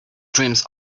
dreams